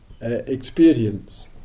experience